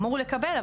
אמור לקבל,